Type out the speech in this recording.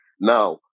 now